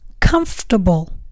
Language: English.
comfortable